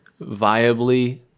viably